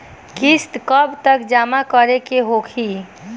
किस्त कब तक जमा करें के होखी?